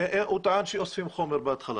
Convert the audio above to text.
הוא טען שאוספים חומר בהתחלה.